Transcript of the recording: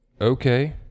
Okay